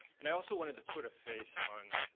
and i also wanted to put a face on